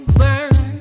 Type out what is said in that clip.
burn